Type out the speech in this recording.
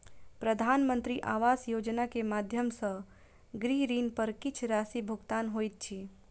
प्रधानमंत्री आवास योजना के माध्यम सॅ गृह ऋण पर किछ राशि भुगतान होइत अछि